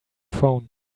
phone